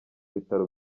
bitaro